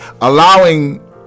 allowing